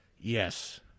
yes